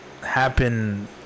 happen